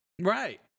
Right